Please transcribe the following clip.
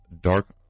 dark